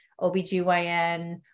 OBGYN